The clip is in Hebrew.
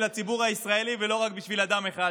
הציבור הישראלי ולא רק בשביל אדם אחד,